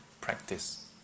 practice